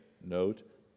note